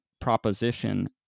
proposition